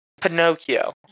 Pinocchio